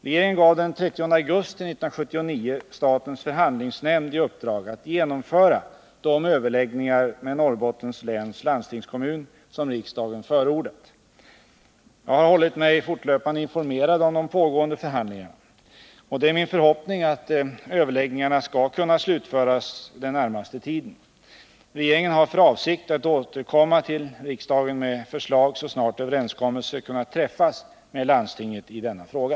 Regeringen gav den 30 augusti 1979 statens förhandlingsnämnd i uppdrag att genomföra de överläggningar med Norrbottens läns landstingskommun som riksdagen förordat. Jag har hållit mig fortlöpande informerad om de pågående förhandlingarna. Det är min förhoppning att överläggningarna skall kunna slutföras den närmaste tiden. Regeringen har för avsikt att återkomma till riksdagen med förslag så snart överenskommelse kunnat träffas med landstinget i denna fråga.